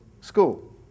school